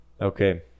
Okay